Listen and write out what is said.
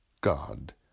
God